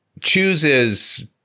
chooses